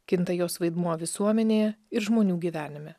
kinta jos vaidmuo visuomenėje ir žmonių gyvenime